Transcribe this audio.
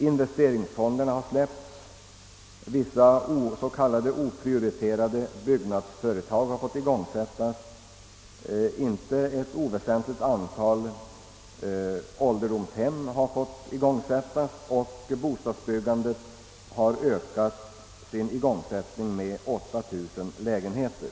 Investeringsfonderna har släppts, vissa s.k. oprioriterade byggnadsföretag har fått igångsättas, byggandet av ett inte oväsentligt antal ålderdomshem har startats och bostadsbyggandets igångsättning har ökats med 8000 lägenheter.